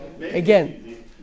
again